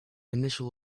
initial